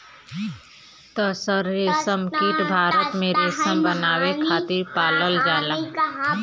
तसर रेशमकीट भारत में रेशम बनावे खातिर पालल जाला